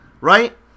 right